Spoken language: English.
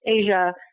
Asia